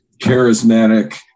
charismatic